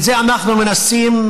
את זה אנחנו מנסים,